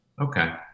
okay